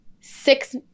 six